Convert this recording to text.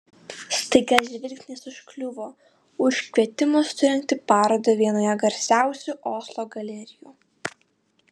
staiga žvilgsnis užkliuvo už kvietimo surengti parodą vienoje garsiausių oslo galerijų